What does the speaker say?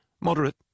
moderate